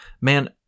Man